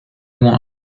want